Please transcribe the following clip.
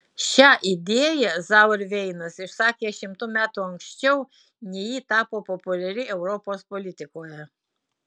šią idėją zauerveinas išsakė šimtu metų anksčiau nei ji tapo populiari europos politikoje